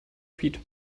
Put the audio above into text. feet